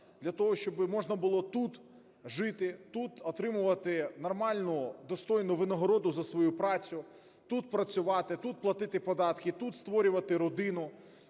для того щоб можна було тут жити, тут отримувати нормальну, достойну винагороду за свою працю, тут працювати, тут платити податки, тут створювати родину;